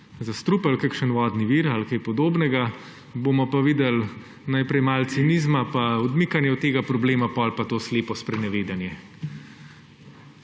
zastrupili kakšen vodni vir ali kaj podobnega, bomo pa videli; najprej malo cinizma pa odmikanje od tega problema, potem pa to slepo sprenevedanje.